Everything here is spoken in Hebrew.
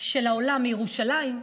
של העולם מירושלים,